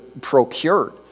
procured